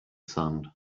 sand